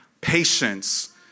patience